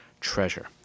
treasure